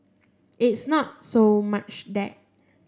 it's not so much that